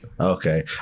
Okay